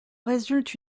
résulte